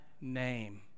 name